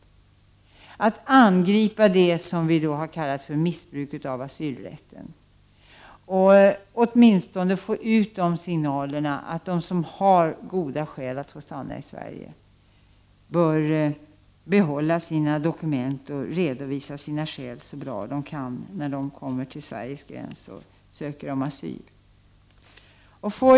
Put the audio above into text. Jag ansåg att det var viktigt att få ut signaler om att de som har goda skäl att få stanna i Sverige bör behålla sina dokument och redovisa sina skäl på ett så bra sätt som möjligt när de kommer till Sveriges gräns och söker asyl.